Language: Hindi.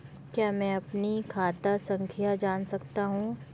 क्या मैं अपनी खाता संख्या जान सकता हूँ?